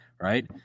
right